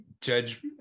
Judge